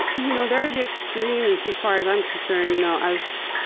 ah you know, there are the extremes as far as i'm concerned. you know as,